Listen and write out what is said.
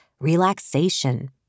relaxation